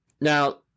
Now